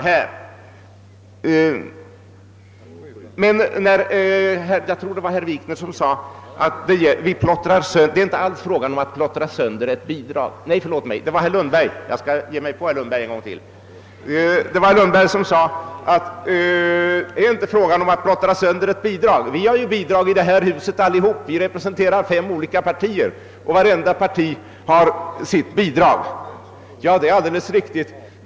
Herr Lundberg sade — jag skall ge mig på herr Lundberg ännu en gång — att det inte är fråga om att splittra sönder ett bidrag. Alla fem partierna i det här huset får var sitt bidrag, sade han. Det är alldeles riktigt.